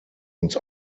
uns